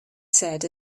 said